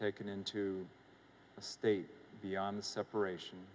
taken into a state beyond separation